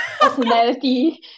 personality